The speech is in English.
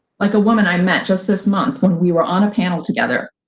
like a woman i met just this month when we were on a panel together,